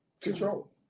control